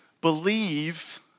believe